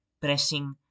pressing